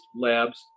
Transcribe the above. labs